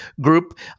Group